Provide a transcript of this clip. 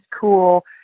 cool